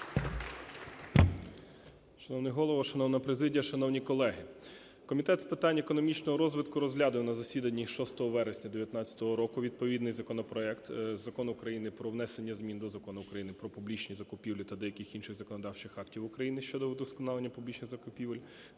Шановний голово, шановна президія, шановні колеги! Комітет з питань економічного розвитку розглядував на засіданні 6 вересня 19-го року відповідний законопроект, Закон України про внесення змін до Закону України "Про публічні закупівлі" та деяких інших законодавчих актів України щодо вдосконалення публічних закупівель